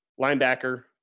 linebacker